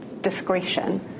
discretion